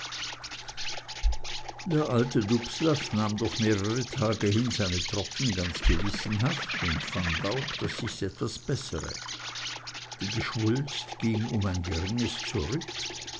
der alte dubslav nahm durch mehrere tage hin seine tropfen ganz gewissenhaft und fand auch daß sich's etwas bessere die geschwulst ging um ein geringes zurück